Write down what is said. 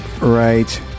right